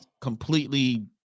completely